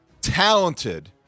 talented